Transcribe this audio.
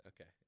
Okay